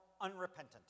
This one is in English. unrepentant